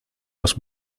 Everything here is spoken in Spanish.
los